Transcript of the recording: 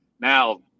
now